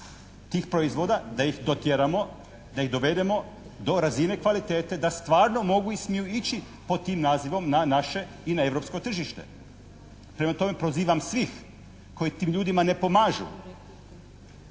tih proizvoda, da ih dotjeramo, da ih dovedemo do razine kvalitete da stvarno mogu i smiju ići pod tim nazivom na naše i na europsko tržište. Prema tome, pozivam sve koji tim ljudima ne pomažu